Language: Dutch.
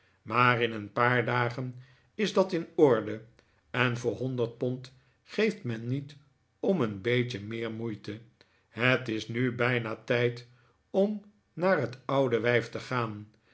maar in een paar dagen is dat in orde en voor honderd pond geeft men niet om een beetje meer moeite het is nu bijna tijd om naar het oude wijf te gaan